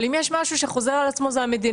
אבל אם יש משהו שחוזר על עצמו זה המדיניות.